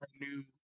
new